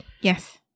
Yes